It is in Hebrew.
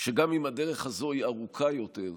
שגם אם הדרך הזו היא ארוכה יותר,